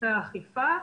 לצורכי אכיפה.